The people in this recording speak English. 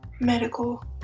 medical